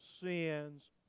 sins